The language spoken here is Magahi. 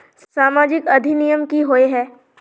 सामाजिक अधिनियम की होय है?